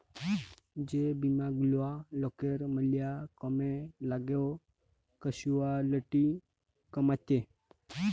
যে বীমা গুলা লকের ম্যালা কামে লাগ্যে ক্যাসুয়ালটি কমাত্যে